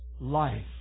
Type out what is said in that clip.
life